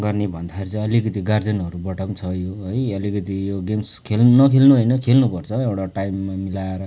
गर्ने भन्दाखेरि चाहिँ अलिकति गार्जेनहरूबाट पनि छ यो है अलिकति यो गेम्स खेल नखेल्नु होइन खेल्नुपर्छ एउटा टाइम मिलाएर